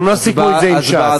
הם לא סיכמו את זה עם ש"ס.